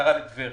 קרה בטבריה.